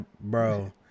bro